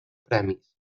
premis